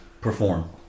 perform